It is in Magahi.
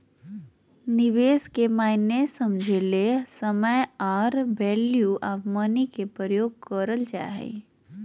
निवेश के मायने समझे ले समय आर वैल्यू ऑफ़ मनी के प्रयोग करल जा हय